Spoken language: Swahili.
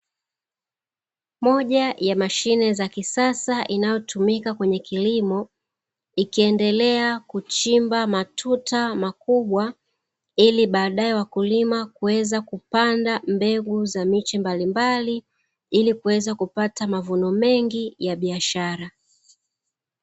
Moja ya mashine za kisasa inayotumika kwenye kilimo, ikiendelea kuchimba matuta makubwa, ili baadae wakulima kuweza kupanda mbegu za miche mbalimbali, ili kuweza kupata mavuno mengi ya biashara.